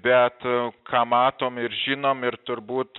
bet ką matom ir žinom ir turbūt